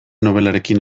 nobelarekin